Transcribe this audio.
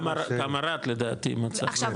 גם ערד לדעתי מצב כזה.